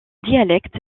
dialecte